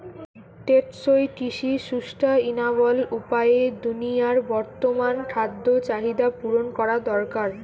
টেকসই কৃষি সুস্টাইনাবল উপায়ে দুনিয়ার বর্তমান খাদ্য চাহিদা পূরণ করা দরকার